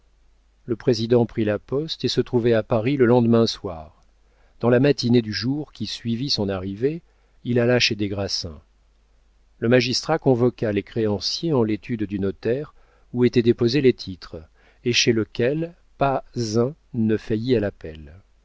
le président prit la poste et se trouvait à paris le lendemain soir dans la matinée du jour qui suivit son arrivée il alla chez des grassins le magistrat convoqua les créanciers en l'étude du notaire où étaient déposés les titres et chez lequel pas un ne faillit à l'appel